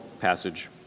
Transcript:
passage